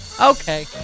Okay